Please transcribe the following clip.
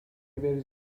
بریز